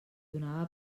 donava